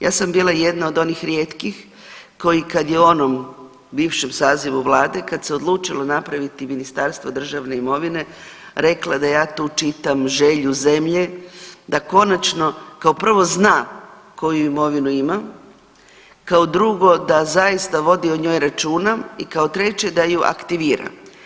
Ja sam bila jedna od onih rijetkih koji kad je u onom bivšem sazivu Vlade kad se odlučilo napraviti Ministarstvo državne imovine rekla da ja tu čitam želju zemlje da konačno kao prvo zna koju imovinu ima, kao drugo da zaista o njoj vodi računa i kao treće da ju aktivira.